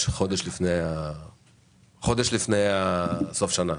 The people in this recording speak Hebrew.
חודש לפני סוף שנה?